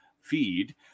feed